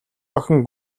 охин